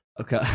Okay